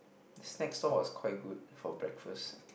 snack stall was quite good for breakfast